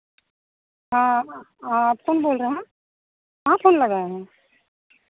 हाँ आप कौन बोल रहे हैं कहाँ फोन लगाए हैं